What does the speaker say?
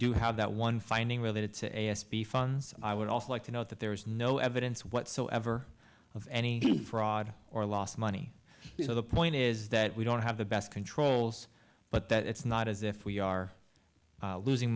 do have that one finding related to a s b funs i would also like to note that there is no evidence whatsoever of any fraud or lost money so the point is that we don't have the best controls but that it's not as if we are losing